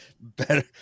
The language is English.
better